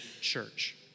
Church